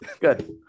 Good